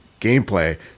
gameplay